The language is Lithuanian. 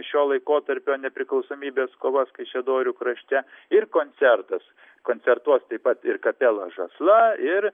šio laikotarpio nepriklausomybės kovas kaišiadorių krašte ir koncertas koncertuos taip pat ir kapela žasla ir